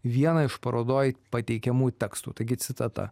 vieną iš parodoj pateikiamų tekstų taigi citata